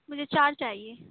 مجھے چار چاہیے